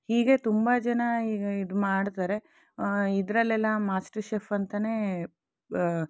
ಹೀಗೆ ತುಂಬ ಜನ ಈಗ ಇದು ಮಾಡ್ತಾರೆ ಇದರಲ್ಲೆಲ್ಲ ಮಾಸ್ಟರ್ ಶೆಫ್ ಅಂತಲೇ